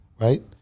right